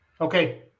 Okay